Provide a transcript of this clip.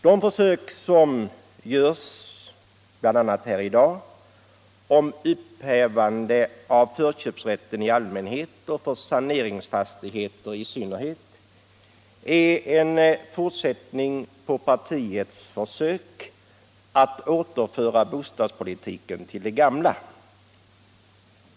De försök som görs, bl.a. här i dag, till upphävande av förköpsrätten i allmänhet och för saneringsfastigheter i synnerhet är en fortsättning på partiets strävan att återföra bostadspolitiken till det gamla.